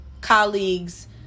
colleagues